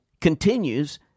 continues